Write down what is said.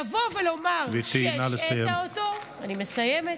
לבוא ולומר שהשעית אותו, אני מסיימת,